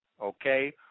okay